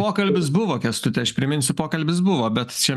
pokalbis buvo kęstuti aš priminsiu pokalbis buvo bet čia